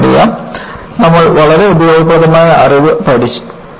നമുക്കറിയാം നമ്മൾ വളരെ ഉപയോഗപ്രദമായ അറിവ് പഠിച്ചു